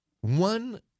one